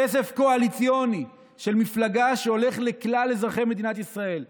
כסף קואליציוני של מפלגה שהולך לכלל אזרחי מדינת ישראל,